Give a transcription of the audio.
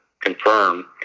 confirm